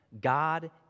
God